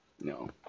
no